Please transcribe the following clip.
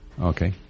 Okay